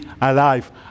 alive